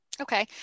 Okay